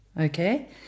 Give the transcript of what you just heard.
Okay